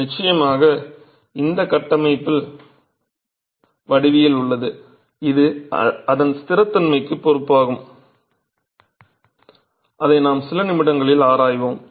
நிச்சயமாக இந்த கட்டமைப்பில் வடிவியல் உள்ளது இது அதன் ஸ்திரத்தன்மைக்கு பொறுப்பாகும் அதை நாம் சில நிமிடங்களில் ஆராய்வோம்